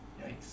Yikes